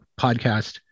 podcast